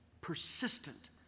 persistent